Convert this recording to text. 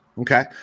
Okay